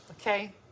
okay